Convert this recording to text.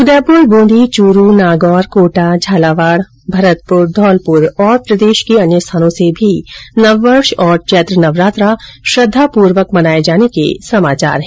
उदयपुर बूंदी चूरू नागौर कोटा झालावाड भरतपुर धौलपुर तथा प्रदेश के अन्य स्थानों से भी नववर्ष और चैत्र नवरात्र श्रद्धापूर्वक मनाए जाने के समाचार है